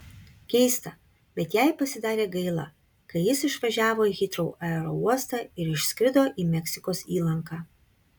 keista bet jai pasidarė gaila kai jis išvažiavo į hitrou aerouostą ir išskrido į meksikos įlanką